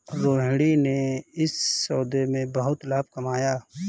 रोहिणी ने इस सौदे में बहुत लाभ कमाया